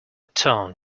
tone